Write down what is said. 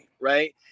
right